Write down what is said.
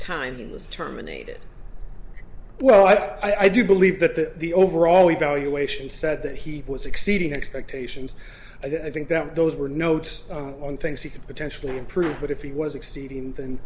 he was terminated well i do believe that the overall evaluation said that he was exceeding expectations i think that those were notes on things he could potentially improve but if he was exceeding then